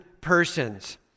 persons